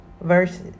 verses